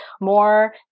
more